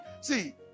see